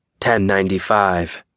1095